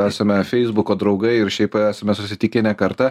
esame feisbuko draugai ir šiaip esame susitikę ne kartą